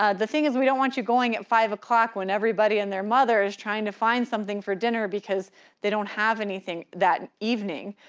ah the thing is we don't want you going at five o'clock when everybody and their mother is trying to find something for dinner because they don't have anything that evening.